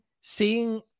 seeing